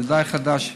זה די חדש.